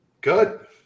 Good